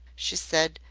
she said,